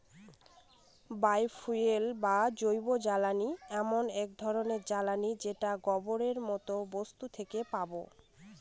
বায় fuel বা জৈবজ্বালানী এমন এক ধরনের জ্বালানী যেটা গোবরের মতো বস্তু থেকে পাবো